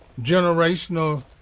generational